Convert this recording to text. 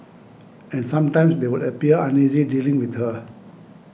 and sometimes they would appear uneasy dealing with her